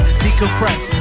decompress